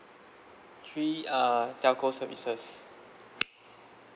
three uh telco services